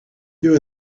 you